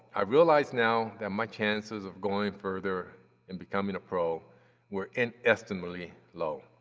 i realize now that my chances of going further and becoming a pro were inestimably low,